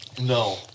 No